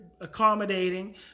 accommodating